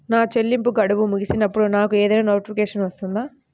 నా చెల్లింపు గడువు ముగిసినప్పుడు నాకు ఏదైనా నోటిఫికేషన్ వస్తుందా?